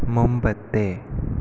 മുൻപത്തെ